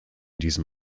diesem